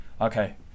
Okay